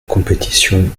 compétition